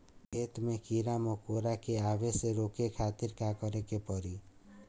खेत मे कीड़ा मकोरा के आवे से रोके खातिर का करे के पड़ी?